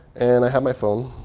and i have my phone.